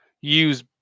Use